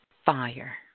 Fire